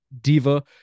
diva